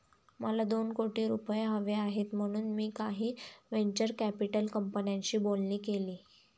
मला दोन कोटी रुपये हवे आहेत म्हणून मी काही व्हेंचर कॅपिटल कंपन्यांशी बोलणी केली